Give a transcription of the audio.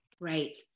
right